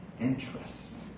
interest